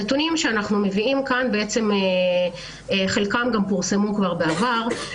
הנתונים שאנחנו מביאים כאן, חלקם פורסם כבר בעבר.